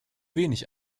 wenig